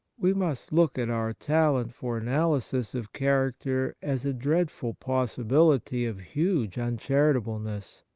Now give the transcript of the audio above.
we must look at our talent for analysis of character as a dreadful possi bility of huge uncharitableness.